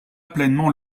pleinement